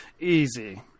easy